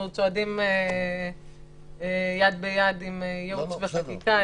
אנחנו צועדים יד ביד עם ייעוץ וחקיקה,